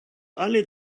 alle